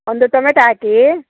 ಒಂದು ಟೊಮೆಟ ಹಾಕೀ